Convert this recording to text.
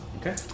Okay